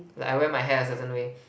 like I wear my hair a certain way